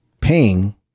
paying